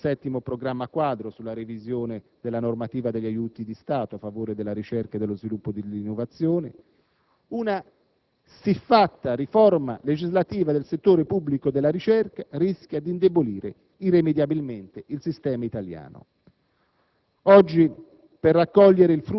(mi riferisco all'avvio del VII Programma quadro sulla revisione della normativa degli aiuti di Stato a favore della ricerca, dello sviluppo e dell'innovazione), una siffatta riforma legislativa del settore pubblico della ricerca rischia di indebolire irrimediabilmente il sistema italiano.